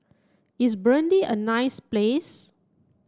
is Burundi a nice place